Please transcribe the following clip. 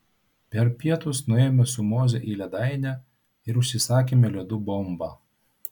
per pietus nuėjome su moze į ledainę ir užsisakėme ledų bombą